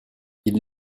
ils